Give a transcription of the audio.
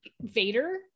vader